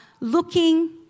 looking